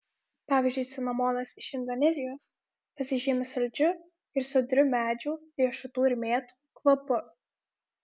pavyzdžiui cinamonas iš indonezijos pasižymi saldžiu ir sodriu medžių riešutų ir mėtų kvapu